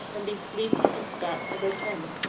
and be sleek and fat as i can,